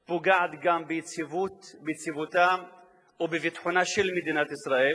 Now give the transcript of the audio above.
פוגעת גם ביציבותה ובביטחונה של מדינת ישראל,